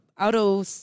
auto